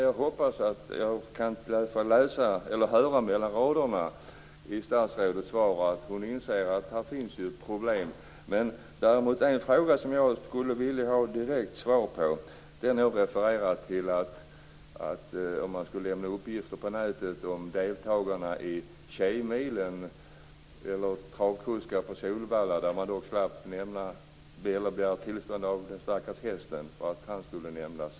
Jag hoppas att jag läser rätt mellan raderna i statsrådets svar och att hon inser att det finns problem. Jag skulle vilja ha en direkt kommentar till följande. Jag refererar till en situation där man skulle vilja lämna uppgifter på nätet om deltagarna i Tjejmilen eller travkuskar på Solvalla. Man slipper begära tillstånd av den stackars hästen om han skall nämnas.